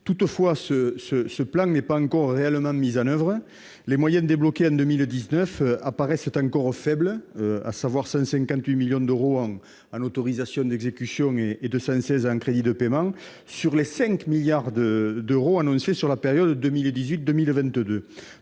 Toutefois, ce plan n'est pas encore réellement mis en oeuvre. Les moyens débloqués en 2019 apparaissant encore faibles, à savoir 158 millions d'euros en autorisations d'engagement et 216 millions d'euros en crédits de paiement, sur les 5 milliards d'euros annoncés sur la période 2018-2022.